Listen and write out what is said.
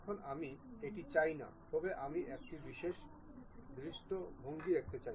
এখন আমি এটি চাই নাতবে আমি একটি বিশেষ দৃষ্টিভঙ্গি দেখতে চাই